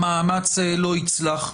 המאמץ לא יצלח.